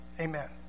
Amen